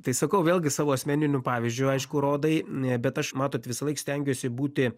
tai sakau vėlgi savo asmeniniu pavyzdžiu aišku rodai bet aš matot visąlaik stengiuosi būti